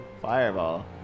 Fireball